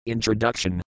Introduction